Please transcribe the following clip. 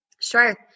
Sure